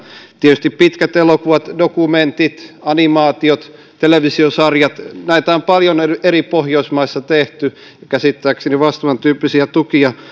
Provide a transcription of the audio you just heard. tietysti pitkiä elokuvia dokumentteja animaatioita televisiosarjoja on paljon eri pohjoismaissa tehty ja käsittääkseni vastaavantyyppisiä tukia